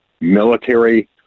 military